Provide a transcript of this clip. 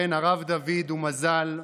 בן הרב דוד ומזל,